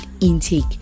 intake